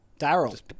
daryl